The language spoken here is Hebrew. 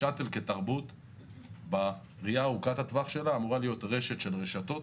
שאט"ל כתרבות בראייה ארוכת הטווח שלה אמורה להיות רשת של רשתות.